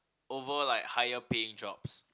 over like higher paying jobs